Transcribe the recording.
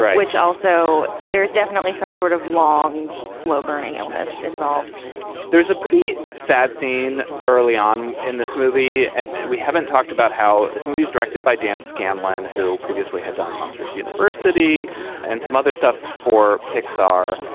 which also there's definitely some sort of long, slow burning illness involved there's a pretty sad scene early on in this movie. and we haven't talked about how this movie is directed by dan scanlon, who previously had done monsters university and some other stuff for pixar.